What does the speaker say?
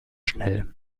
schnell